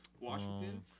Washington